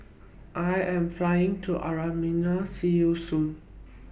I Am Flying to Armenia See YOU Soon